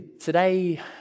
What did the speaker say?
today